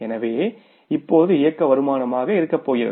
எனவே இப்போது இயக்க வருமானமாக இருக்கப்போகிறது